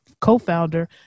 co-founder